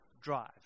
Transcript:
drive